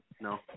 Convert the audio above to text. no